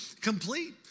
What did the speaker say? complete